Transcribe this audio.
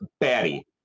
batty